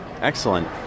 Excellent